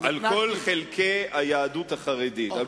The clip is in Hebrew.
כל חלקי היהדות החרדית.